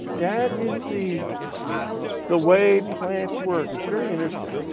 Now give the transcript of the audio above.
that is the the way plants work. it's very interesting.